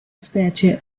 specie